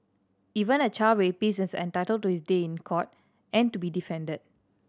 even a child rapist is entitled to his day in court and to be defended